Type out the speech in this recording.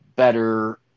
better